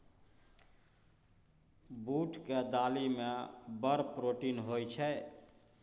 बूटक दालि मे बड़ प्रोटीन होए छै